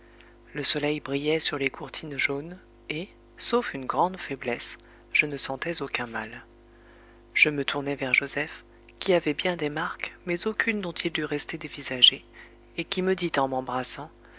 le soleil brillait sur les courtines jaunes et sauf une grande faiblesse je ne sentais aucun mal je me tournai vers joseph qui avait bien des marques mais aucune dont il dût rester dévisagé et qui me dit en m'embrassant